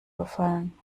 gefallen